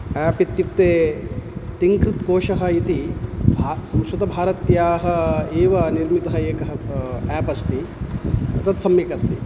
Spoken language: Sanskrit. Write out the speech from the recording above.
आप् इत्युक्ते तिङ्कृत्कोषः इति भा संस्कृतभारत्याः एव निर्मितः एकः आप् अस्ति तत् सम्यकस्ति